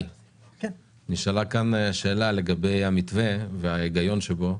נשאלה כאן שאלה לגבי המתווה וההיגיון שבו.